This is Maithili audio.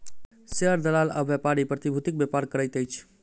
शेयर दलाल आ व्यापारी प्रतिभूतिक व्यापार करैत अछि